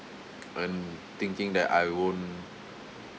and thinking that I won't